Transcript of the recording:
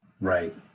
Right